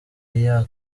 yeah